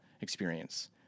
experience